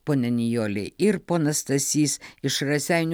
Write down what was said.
ponia nijolė ir ponas stasys iš raseinių